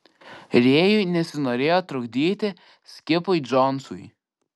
rėjui nesinorėjo trukdyti skipui džonsui